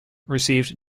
received